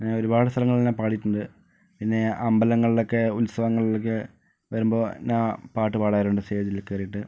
അങ്ങനെ ഒരുപാട് സ്ഥലങ്ങളിലൊക്കെ ഞാൻ പാടിയിട്ടുണ്ട് പിന്നെ അമ്പലങ്ങളിലൊക്കെ ഉത്സവങ്ങളിൽ ഒക്കെ വരുമ്പോൾ ഞാൻ പാട്ടുപാടാറുണ്ട് സ്റ്റേജില് കേറിയിട്ട്